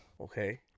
Okay